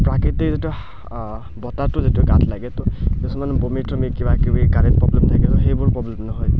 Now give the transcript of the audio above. প্ৰাকৃতিৰ যিটো বতাহটো যিটো গাত লাগে তো কিছুমান বমি তমি কিবাকিবি কাৰেণ্ট প্ৰব্লেম থাকিলে সেইবোৰ প্ৰব্লেম নহয়